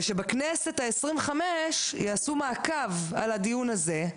ושבכנסת ה-25 יעשו מעקב על הדיון הזה,